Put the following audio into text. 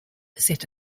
set